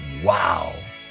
wow